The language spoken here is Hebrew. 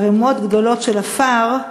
ערמות גדולות של עפר,